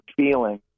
feeling